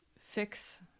fix